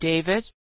David